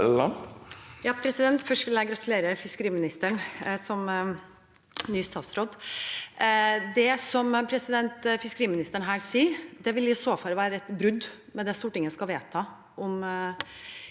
(H) Først vil jeg gratulere fiskeriministeren som nyutnevnt statsråd! Det fiskeriministeren her sier, vil i så fall være et brudd med det Stortinget skal vedta